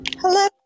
hello